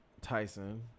Tyson